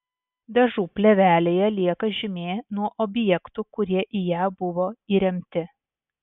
dažų plėvelėje lieka žymė nuo objektų kurie į ją buvo įremti